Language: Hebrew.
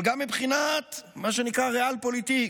אבל גם מבחינת מה שנקרא ריאל פוליטיק.